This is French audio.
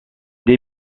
des